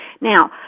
Now